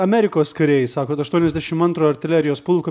amerikos kariai sakot aštuoniasdešim antrojo artilerijos pulko